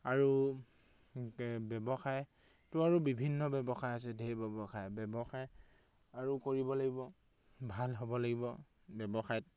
আৰু ব্যৱসায়টো আৰু বিভিন্ন ব্যৱসায় আছে ঢেৰ ব্যৱসায় ব্যৱসায় আৰু কৰিব লাগিব ভাল হ'ব লাগিব ব্যৱসায়ত